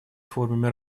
формами